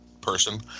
person